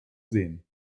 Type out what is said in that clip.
sehen